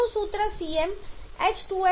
તેમનું સૂત્ર CmH2m2 જેવું છે